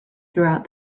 throughout